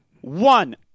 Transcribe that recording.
One